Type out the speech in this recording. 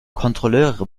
kontrolleure